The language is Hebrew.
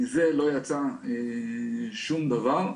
מזה לא יצא שום דבר.